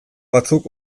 batzuk